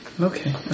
Okay